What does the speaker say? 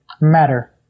matter